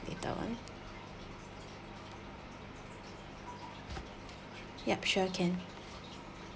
later on yup sure can